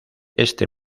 este